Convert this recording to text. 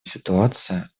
ситуация